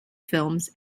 films